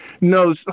No